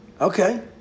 Okay